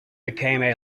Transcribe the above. became